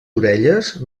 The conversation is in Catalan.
orelles